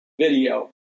video